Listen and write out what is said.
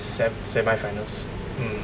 sem~ semi finals mm